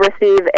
receive